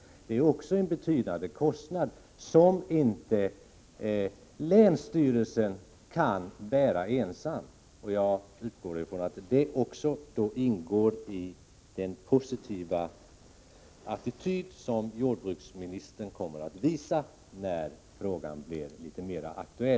Detta för med sig betydande kostnader som länsstyrelsen inte kan bära ensam, och jag utgår från att också detta ingår i den positiva bedömning som jordbruksministern kommer att göra när frågan framöver blir aktuell.